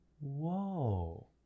Whoa